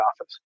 office